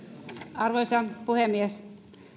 arvoisa puhemies